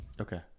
Okay